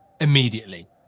immediately